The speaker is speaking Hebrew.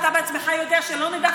אתה בעצמך יודע שלא נדע,